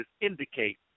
indicate